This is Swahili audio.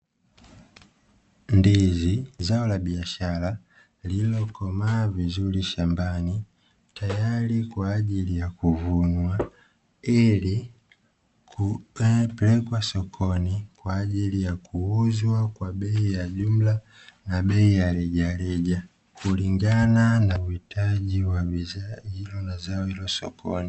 Ndizi zao la biashara lililokomaa vizuri kwa ajili ya kuvunwa, ili kupelekwa sokoni kwa ajili ya kuuzwa kwa bei ya jumla na bei alijaribu kulingana na uhitaji wa zao hilo sokoni.